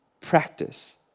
practice